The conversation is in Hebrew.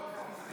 לא.